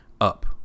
up